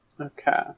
okay